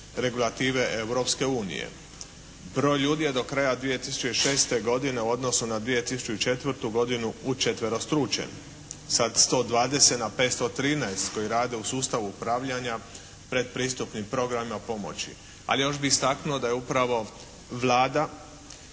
unije. Broj ljudi je do kraja 2006. godine u odnosu na 2004. godinu učetverostručen sa 120 na 513 koji rade u sustavu upravljanja predpristupnim programima pomoći. Ali još bih istaknuo da je upravo Vlada